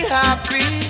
happy